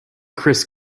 chris